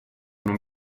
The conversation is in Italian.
non